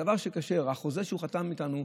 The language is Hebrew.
החוזה שהוא חתם איתנו,